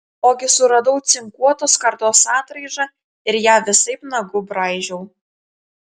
ogi suradau cinkuotos skardos atraižą ir ją visaip nagu braižiau